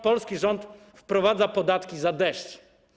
Polski rząd wprowadza podatki za deszcz.